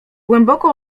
głęboko